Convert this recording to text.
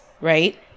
Right